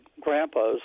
grandpas